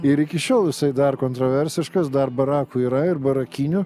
ir iki šiol jisai dar kontroversiškas dar barakų yra ir barakinių